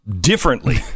differently